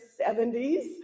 70s